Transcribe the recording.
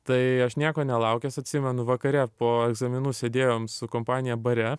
tai aš nieko nelaukęs atsimenu vakare po egzaminų sėdėjom su kompanija bare